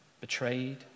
betrayed